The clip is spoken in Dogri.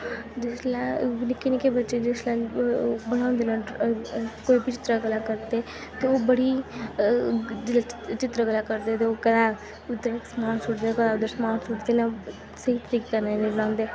जिसलै निक्के निक्के बच्चे जिसलै बनांदे न कोई बी चित्तरकला करदे ते ओह् बड़ी जिल्लै चित्तरकला करदे ते ओह् कदें उद्धर समान सुट्टदे कदें उद्धर समान सुट्टदे न स्हेई तरीकै नै निं बनांदे